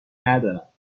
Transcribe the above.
ندارم